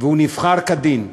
והוא נבחר כדין.